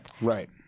right